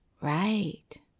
Right